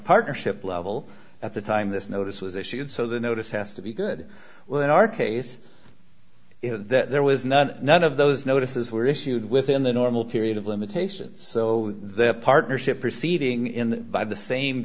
partnership level at the time this notice was issued so the notice has to be good well in our case that there was not none of those notices were issued within the normal period of limitations so the partnership proceeding in by the same